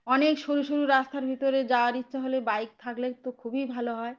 অনেক সরু সরু রাস্তার ভিতরে যাওয়ার ইচ্ছা হলে বাইক থাকলে তো খুবই ভালো হয়